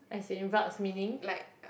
as in meaning